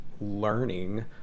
learning